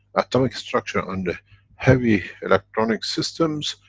atomic structure on the heavy electronic systems,